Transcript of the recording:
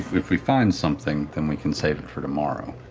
if we find something, then we can save it for tomorrow.